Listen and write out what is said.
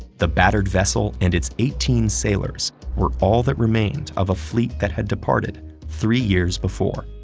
the battered vessel and its eighteen sailors were all that remained of a fleet that had departed three years before.